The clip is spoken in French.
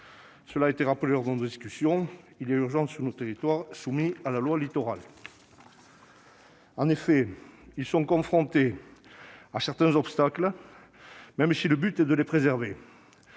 il a été rappelé lors de nos discussions, il y a urgence sur nos territoires soumis à la loi Littoral, qui sont confrontés à certains obstacles, même si le but de cette loi est de préserver